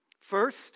First